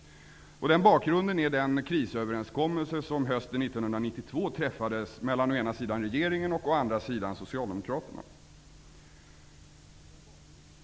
Den bakgrunden är den krisöverenskommelse som hösten 1992 träffades mellan å ena sidan regeringen och å andra sidan Socialdemokraterna.